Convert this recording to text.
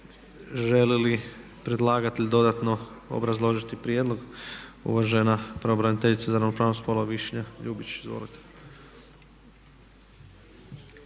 Želi li predlagatelj dodatno obrazložiti prijedlog? Uvažena pravobraniteljica za ravnopravnost spolova Višnja Ljubičić, izvolite.